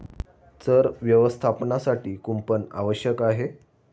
चर व्यवस्थापनासाठी कुंपण आवश्यक आहे